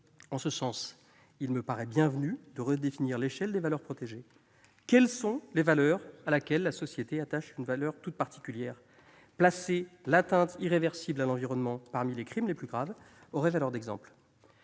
En ce sens, il me paraît bienvenu de redéfinir l'échelle des valeurs protégées. À quelles valeurs la société attache-t-elle une importance toute particulière ? Placer l'atteinte irréversible à l'environnement parmi les crimes les plus graves aurait valeur d'exemple.